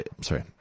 sorry